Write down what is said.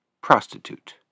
prostitute